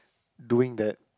doing that